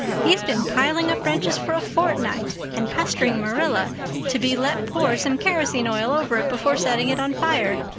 he's been piling up branches for a fortnight and pestering marilla to be let pour some kerosene oil over it before setting it on fire.